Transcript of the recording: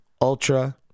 Ultra